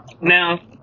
now